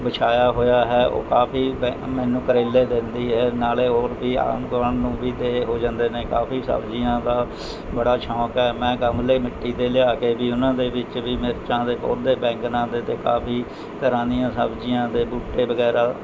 ਬਿਛਾਇਆ ਹੋਇਆ ਹੈ ਉਹ ਕਾਫ਼ੀ ਮੈਨੂੰ ਕਰੇਲੇ ਦਿੰਦੀ ਹੈ ਨਾਲ਼ੇ ਹੋਰ ਵੀ ਆਂਢ ਗੁਆਂਢ ਨੂੰ ਵੀ ਦੇ ਹੋ ਜਾਂਦੇ ਨੇ ਕਾਫ਼ੀ ਸਬਜ਼ੀਆਂ ਦਾ ਬੜਾ ਸ਼ੋਂਕ ਹੈ ਮੈਂ ਗਮਲੇ ਮਿੱਟੀ ਦੇ ਲਿਆ ਕੇ ਵੀ ਓਹਨਾਂ ਦੇ ਵਿੱਚ ਵੀ ਮਿਰਚਾਂ ਦੇ ਪੌਦੇ ਬੈਂਗਣਾ ਦੇ ਅਤੇ ਕਾਫ਼ੀ ਤਰ੍ਹਾਂ ਦੀਆਂ ਸਬਜ਼ੀਆਂ ਦੇ ਬੂਟੇ ਵਗੈਰਾ